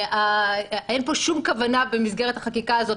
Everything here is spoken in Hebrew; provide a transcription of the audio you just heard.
אין פה שום כוונה במסגרת החקיקה הזאת